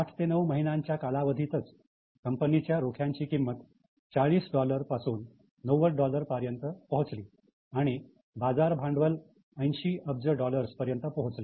आठ ते नऊ महिन्यांच्या कालावधीतच कंपनीच्या रोख्यांची किंमत 40 पासून 90 पर्यंत पोहोचली आणि बाजार भांडवल 80 अब्ज डॉलर्स पर्यंत पोहोचले